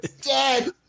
dead